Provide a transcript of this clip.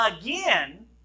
again